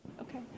Okay